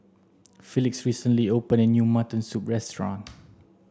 felix recently opened a new mutton soup restaurant